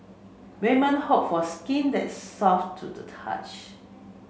women hope for skin that's soft to the touch